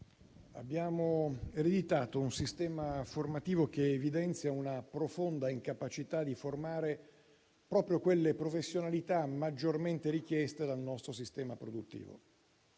abbiamo ereditato un sistema formativo che evidenzia una profonda incapacità di formare proprio quelle professionalità maggiormente richieste dal nostro sistema produttivo.